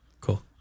Cool